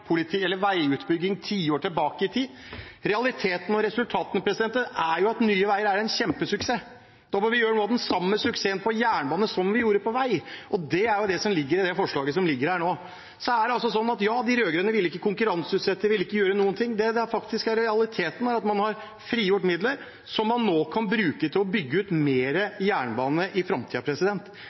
tilbake i tid. Realiteten og resultatene er at Nye Veier er en kjempesuksess. Da må vi gjøre noe av den samme suksessen på jernbane som vi gjorde på vei, det er det som ligger i forslaget her nå. Så er det altså sånn at de rød-grønne ikke vil konkurranseutsette – vil ikke gjøre noen ting. Det som faktisk er realiteten, er at man har frigjort midler som man nå kan bruke til å bygge ut mer jernbane i